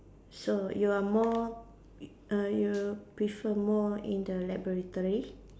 so you are more uh you prefer more in the laboratory